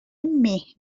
مهمونی